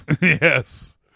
Yes